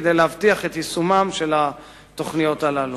כדי להבטיח את יישומן של התוכניות הללו.